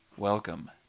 Welcome